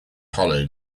hollow